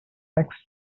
next